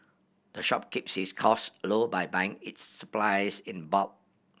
the shop keeps its costs low by buying its supplies in bulk